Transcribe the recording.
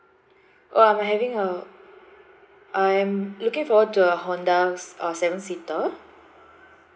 oh I'm having a I'm looking forward to a honda uh seven seater